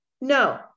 No